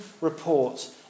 report